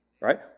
Right